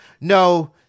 no